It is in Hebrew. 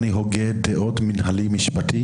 אני הוגה דעות מנהלי-משפטי,